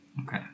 Okay